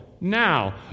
now